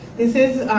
this is